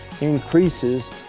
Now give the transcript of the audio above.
increases